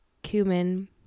cumin